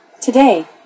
Today